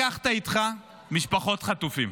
לקחת איתך משפחות חטופים.